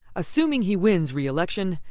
assuming he wins re-election,